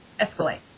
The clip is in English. escalate